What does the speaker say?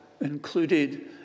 included